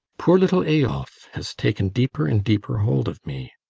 poor little eyolf has taken deeper and deeper hold of me.